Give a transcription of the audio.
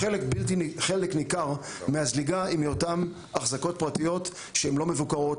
וחלק ניכר מהזליגה היא מאותן אחזקות פרטיות שהן לא מבוקרות,